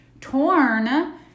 torn